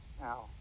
Now